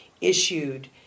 issued